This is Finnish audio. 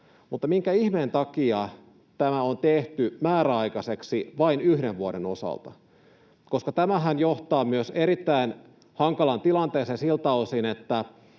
mutta minkä ihmeen takia tämä on tehty määräaikaiseksi vain yhden vuoden osalta? Tämähän johtaa myös erittäin hankalaan tilanteeseen siltä osin, että